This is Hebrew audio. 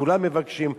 כולם מבקשים,